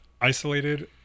isolated